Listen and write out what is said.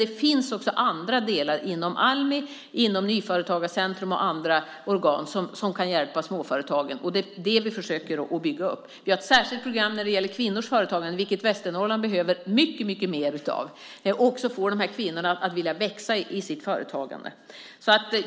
Dock finns det också andra delar inom Almi, Nyföretagarcentrum och andra organ som kan hjälpa småföretagen. Det är det vi försöker bygga upp. Vi har ett särskilt program när det gäller kvinnors företagande - vilket Västernorrland behöver mycket mer av - och att få kvinnorna att vilja växa i sitt företagande.